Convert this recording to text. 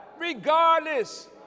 regardless